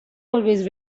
always